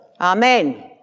Amen